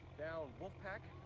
down wolf pack,